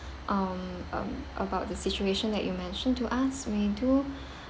um um about the situation that you mentioned to us we do